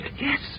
Yes